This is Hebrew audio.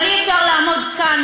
אבל אי-אפשר לעמוד כאן,